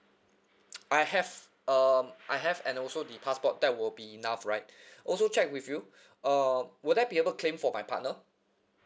I have um I have and also the passport that will be enough right also check with you uh would I be able to claim for my partner